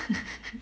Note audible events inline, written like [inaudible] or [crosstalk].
[laughs]